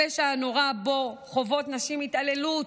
הפשע הנורא שבו חוות נשים התעללות